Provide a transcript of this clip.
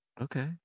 Okay